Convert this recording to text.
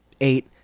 eight